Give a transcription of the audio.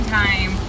time